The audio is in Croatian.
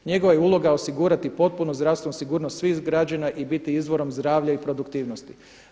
Njegova je uloga osigurati potpunu zdravstvenu sigurnost svih građana i biti izvorom zdravlja i produktivnosti.